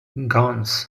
guns